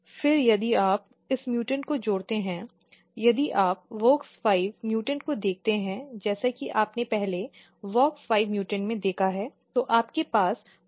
फिर यदि आप इस म्यूटेंटउ को जोड़ते हैं यदि आप wox5 म्यूटेंट को देखते हैं जैसा कि आपने पहले wox5 म्यूटेंट में देखा है तो आपके पास कोलुमेला स्टेम सेल नहीं है